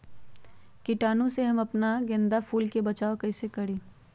कीटाणु से हम अपना गेंदा फूल के बचाओ कई से करी?